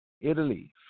Italy